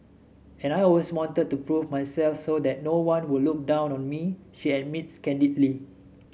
and I always wanted to prove myself so that no one would look down on me she admits candidly